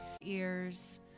Ears